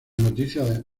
noticias